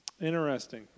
Interesting